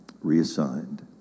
reassigned